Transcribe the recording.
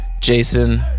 jason